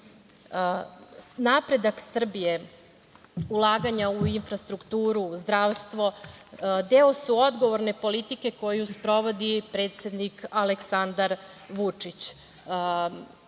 Napredak Srbije, ulaganje u infrastrukturu, zdravstvo deo su odgovorne politike koju sprovodi predsednik Aleksandar Vučić. Ono